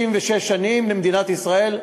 66 שנים למדינת ישראל,